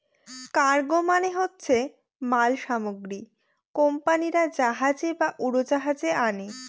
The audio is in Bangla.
কার্গো মানে হচ্ছে মাল সামগ্রী কোম্পানিরা জাহাজে বা উড়োজাহাজে আনে